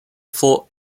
for